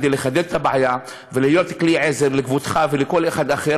כדי לחדד את הבעיה ולהיות כלי עזר לכבודך ולכל אחד אחר,